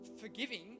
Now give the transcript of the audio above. forgiving